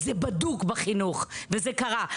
זה בדוק בחינוך, וזה קרה.